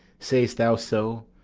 say'st thou so?